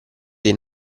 dei